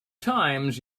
times